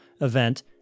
event